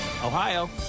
Ohio